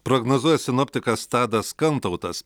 prognozuoja sinoptikas tadas kantautas